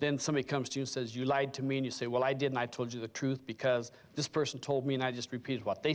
then somebody comes to says you lied to me and you say well i didn't i told you the truth because this person told me and i just repeated what they